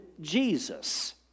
Jesus